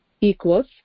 Equals